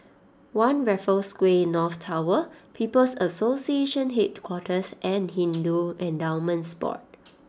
One Raffles Quay North Tower People's Association Headquarters and Hindu Endowments Board